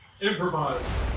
Improvise